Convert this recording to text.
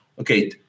Okay